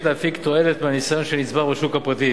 להפיק תועלת מהניסיון שנצבר בשוק הפרטי